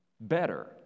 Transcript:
better